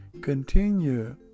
continue